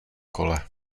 kole